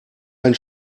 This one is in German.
ein